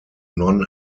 non